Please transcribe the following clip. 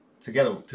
together